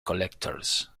collectors